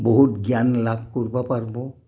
বহুত জ্ঞান লাভ কৰিব পাৰিব